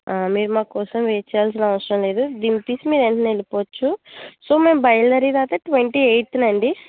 ఆ మీరు మాకోసం వెయిట్ చేయాల్సిన అవసరం లేదు దింపేసి మీరు వెంటనే వెళ్ళిపోవచ్చు సో మేము బయల్దేరేది ట్వంటీ ఎయిత్ నండి